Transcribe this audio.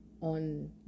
on